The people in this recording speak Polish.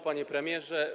Panie Premierze!